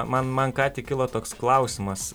man man ką tik kilo toks klausimas